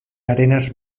arenas